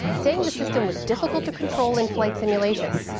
saying the system was difficult to control in flight simulations.